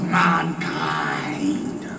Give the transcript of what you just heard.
mankind